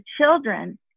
children